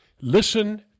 Listen